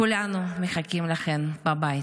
כולנו מחכים לכן בבית.